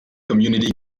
community